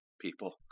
people